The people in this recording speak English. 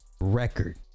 Record